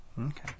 Okay